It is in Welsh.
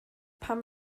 pan